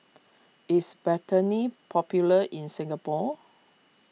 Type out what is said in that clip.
is Betadine popular in Singapore